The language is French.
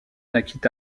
naquit